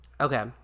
Okay